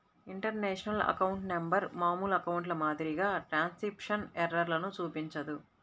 international account number మామూలు అకౌంట్ల మాదిరిగా ట్రాన్స్క్రిప్షన్ ఎర్రర్లను చూపించదు